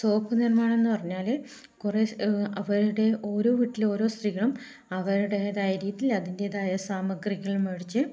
soap നിർമ്മാണം എന്ന് പറഞ്ഞാൽ കുറേ അവരുടെ ഓരോ വീട്ടിലെ ഓരോ സ്ത്രീകളും അവരുടേതായ രീതിയിൽ അതിൻ്റേതായ സാമഗ്രികൾ മേടിച്ച്